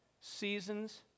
Seasons